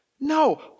No